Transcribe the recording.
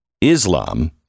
Islam